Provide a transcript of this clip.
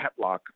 Petlock